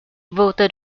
voted